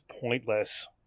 pointless